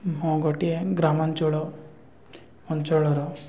ହଁ ଗୋଟିଏ ଗ୍ରାମାଞ୍ଚଳ ଅଞ୍ଚଳର